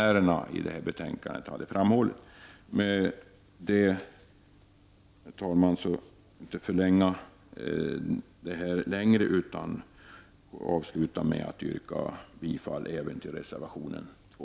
Herr talman! Jag vill inte förlänga debatten ytterligare utan avslutar med att yrka bifall till reservation 2.